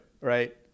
Right